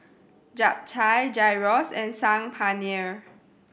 Japchae Gyros and Saag Paneer